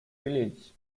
release